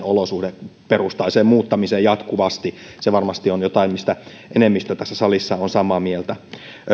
olosuhdeperustaiseen muuttamiseen jatkuvasti se varmasti on jotain mistä enemmistö tässä salissa on samaa mieltä